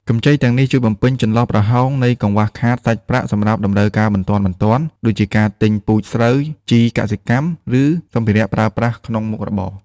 កម្ចីទាំងនេះជួយបំពេញចន្លោះប្រហោងនៃកង្វះខាតសាច់ប្រាក់សម្រាប់តម្រូវការបន្ទាន់ៗ ដូចជាការទិញពូជស្រូវ ជីកសិកម្ម ឬសម្ភារៈប្រើប្រាស់ក្នុងមុខរបរ។